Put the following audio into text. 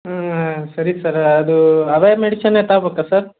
ಹಾಂ ಸರಿ ಸರ್ ಅದು ಅವೇ ಮೆಡಿಸಿನ್ನೇ ತಬೇಕಾ ಸರ್